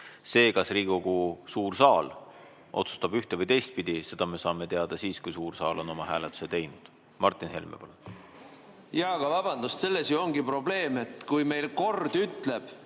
See, kas Riigikogu suur saal otsustab ühte- või teistpidi, seda me saame teada siis, kui suur saal on oma hääletuse teinud. Martin Helme, palun! Jaa, aga vabandust, selles ju ongi probleem, et kui meil kord ütleb,